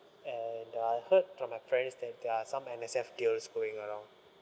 and I heard from my friends that there are some N_S_F deals going around